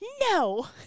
no